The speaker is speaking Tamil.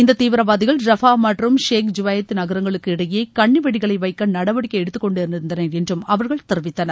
இந்த தீவிரவாதிகள் ராஃபா மற்றும் ஷேக் ஜூவேயித் நகரங்களுக்கு இடையே கன்னிவெடிகளை வைக்க நடவடிக்கை எடுத்துக்கொண்டிருந்தனர் என்றும் அவர்கள் தொவித்தனர்